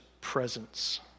presence